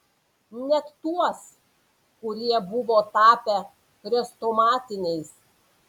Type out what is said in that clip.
net tuos kurie buvo tapę chrestomatiniais